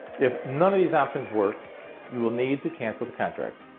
if none of these options work you will need to cancel the contract.